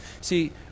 See